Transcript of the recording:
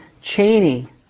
Cheney